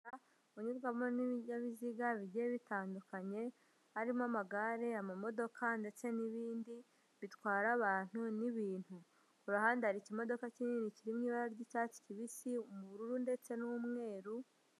Umuhanda unyurwamo n'ibinyabiziga bigiye bitandukanye harimo amagare, amamodoka ndetse n'ibindi bitwara abantu n'ibintu. Ku ruhande hari imodoka kinini kiri mu ibara ry'icyatsi kibisi, ubururu ndetse n'umweru...